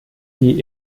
die